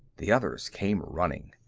the others came running.